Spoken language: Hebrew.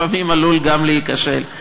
לפעמים עלול גם להיכשל.